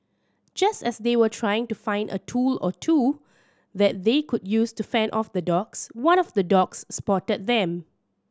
just as they were trying to find a tool or two that they could use to fend off the dogs one of the dogs spotted them